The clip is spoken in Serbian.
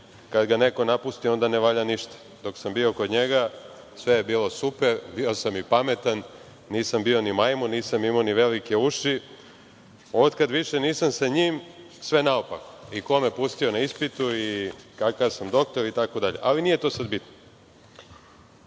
kad ga neko napusti onda ne valja ništa. Dok sam bio kod njega, sve je bilo super, bio sam i pametan, nisam bio ni majmun, nisam imao ni velike uši, a otkad više nisam sa njim sve je naopako, i ko me je pustio na ispitu i kakav sam doktor itd. Ali, nije to sada bitno. Meni